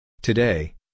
Today